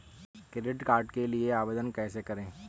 Credit card के लिए आवेदन कैसे करें?